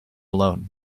alone